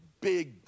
big